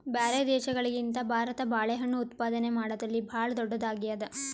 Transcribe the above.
ಬ್ಯಾರೆ ದೇಶಗಳಿಗಿಂತ ಭಾರತ ಬಾಳೆಹಣ್ಣು ಉತ್ಪಾದನೆ ಮಾಡದ್ರಲ್ಲಿ ಭಾಳ್ ಧೊಡ್ಡದಾಗ್ಯಾದ